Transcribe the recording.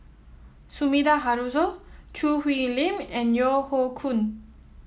Sumida Haruzo Choo Hwee Lim and Yeo Hoe Koon